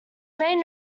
made